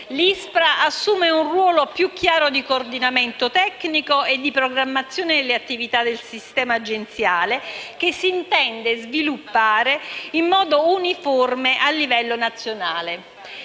L'ISPRA assume un ruolo più chiaro di coordinamento tecnico e di programmazione delle attività del sistema agenziale che si intende sviluppare in modo uniforme a livello nazionale.